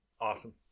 Awesome